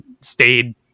stayed